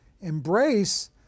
embrace